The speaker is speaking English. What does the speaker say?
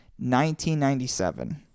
1997